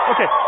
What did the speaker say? Okay